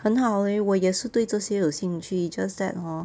很好 leh 我也是对这些有兴趣 just that hor